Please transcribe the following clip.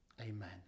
Amen